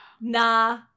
nah